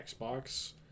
Xbox